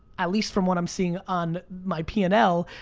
at least from what i'm seeing on my p and l,